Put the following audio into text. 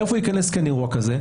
איפה ייכנס כן אירוע כזה?